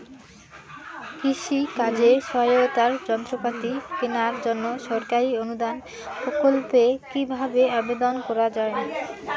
কৃষি কাজে সহায়তার যন্ত্রপাতি কেনার জন্য সরকারি অনুদান প্রকল্পে কীভাবে আবেদন করা য়ায়?